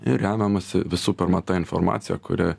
ir remiamasi visų pirma ta informacija kuri